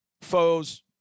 Foes